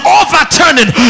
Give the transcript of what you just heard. overturning